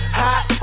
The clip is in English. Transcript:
hot